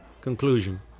conclusion